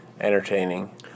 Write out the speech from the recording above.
entertaining